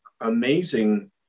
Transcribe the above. amazing